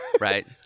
right